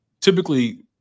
typically